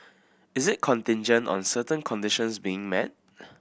is it contingent on certain conditions being met